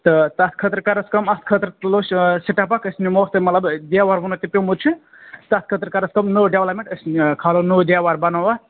تہٕ تَتھ خٲطرٕ کَر حظ کٲم اتھ خٲطرٕ تُلو أسۍ سِٹَپ اَکھ أسۍ نِمہوک مَطلَب دیوار یِمن تہِ پیٚومُت چھِ تَتھ خٲطرٕ کَرکھ کٲم نوٚو ڈیولپمینٛٹ أسۍ کھالو نوٚو دیوار بَناوَو اَتھ